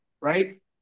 right